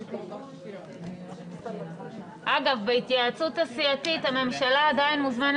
אני חושב שזו תהיה ההחלטה הנכונה